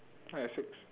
I got six